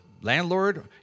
landlord